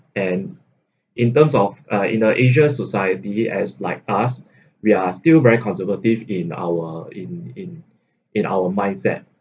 and in terms of uh in the asia society as like us we are still very conservative in our in in in our mindset